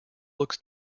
looks